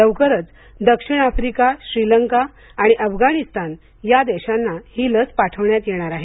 लवकरच दक्षिण आफ्रिका श्रीलंका आणि अफगाणीस्तान या देशांना ही लस पाठवण्यात येणार आहे